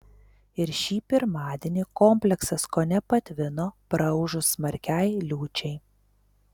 ir šį pirmadienį kompleksas kone patvino praūžus smarkiai liūčiai